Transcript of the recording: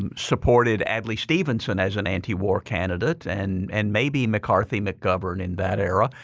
and supported adlai stevenson as an anti-war candidate and and maybe mccarthy, mcgovern in that era.